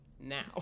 now